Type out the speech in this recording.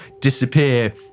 disappear